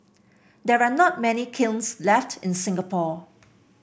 there are not many kilns left in Singapore